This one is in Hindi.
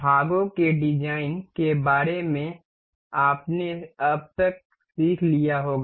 भागों के डिजाइन के बारे में आपने अब तक सीख लिया होगा